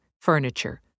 furniture